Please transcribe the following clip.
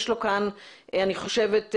אני חושבת,